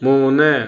മൂന്ന്